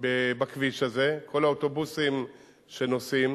בכביש הזה, כל האוטובוסים שנוסעים.